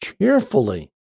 cheerfully